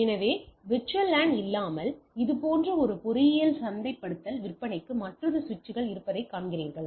எனவே VLAN இல்லாமல் இது போன்ற ஒரு பொறியியல் சந்தைப்படுத்தல் விற்பனைக்கு மற்றொரு சுவிட்சுகள் இருப்பதை காண்கிறீர்கள்